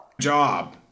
job